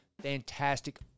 Fantastic